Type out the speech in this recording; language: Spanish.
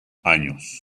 años